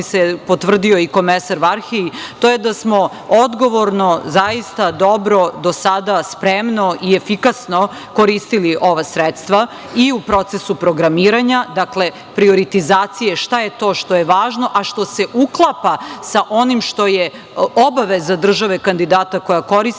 se potvrdio i komesar Varhelji, to je da smo odgovorno zaista dobro do sada, spremno i efikasno koristili ova sredstava i u procesu programiranja, dakle, prioritizacije šta je to što je važno, a što se uklapa sa onim što je obaveza države kandidata koja koristi,